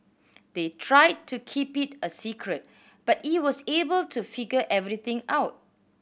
they tried to keep it a secret but it was able to figure everything out